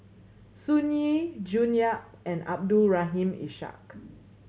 Sun Yee June Yap and Abdul Rahim Ishak